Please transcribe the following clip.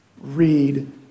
read